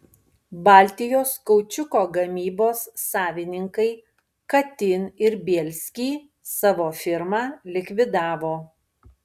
baltijos kaučiuko gamybos savininkai katin ir bielsky savo firmą likvidavo